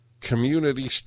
community